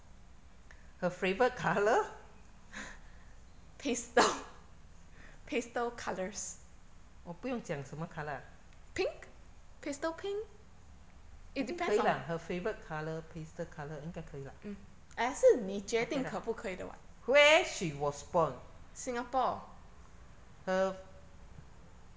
her favourite colour 我不用讲什么 colour 啊可以啦 her favourite colour pastel colour 应该可以啦 okay lah where she was born her